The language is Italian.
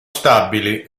stabili